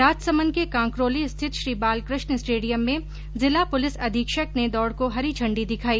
राजसमंद के कांकरौली स्थित श्री बालकृष्ण स्टेडियम में जिला पुलिस अधीक्षक ने दौड को हरी झंडी दिखाई